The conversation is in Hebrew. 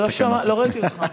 לא ראיתי אותך.